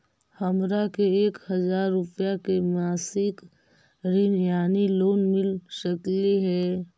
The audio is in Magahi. हमरा के एक हजार रुपया के मासिक ऋण यानी लोन मिल सकली हे?